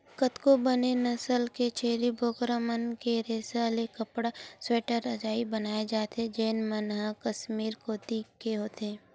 कतको बने नसल के छेरी बोकरा मन के रेसा ले कपड़ा, स्वेटर, रजई बनाए जाथे जेन मन ह कस्मीर कोती के होथे